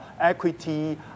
equity